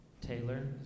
Taylor